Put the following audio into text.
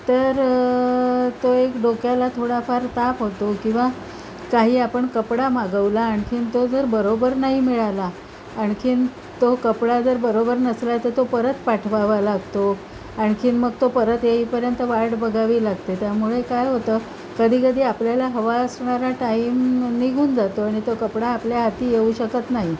तर तो एक डोक्याला थोडाफार ताप होतो किंवा काही आपण कपडा मागवला आणखीन तो जर बरोबर नाही मिळाला आणखीन तो कपडा जर बरोबर नसला तर तो परत पाठवावा लागतो आणखीन मग तो परत येईपर्यंत वाट बघावी लागते त्यामुळे काय होतं कधी कधी आपल्याला हवा असणारा टाईम निघून जातो आणि तो कपडा आपल्या हाती येऊ शकत नाही